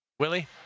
Willie